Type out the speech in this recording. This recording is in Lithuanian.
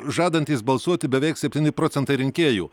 žadantys balsuoti beveik septyni procentai rinkėjų